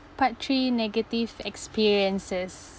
part three negative experiences